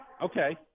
okay